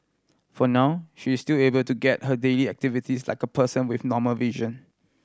for now she is still able to get by her daily activities like a person with normal vision